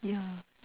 yeah